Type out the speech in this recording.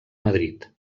madrid